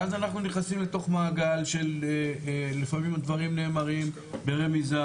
ואז אנחנו נכנסים לתוך מעגל שלפעמים הדברים נאמרים ברמיזה,